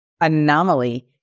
anomaly